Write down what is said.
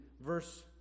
verse